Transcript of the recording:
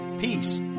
peace